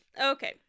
okay